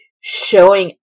showing